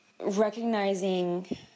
recognizing